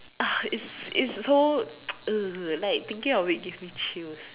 !ah! it's it's so !ugh! like thinking of it gives me chills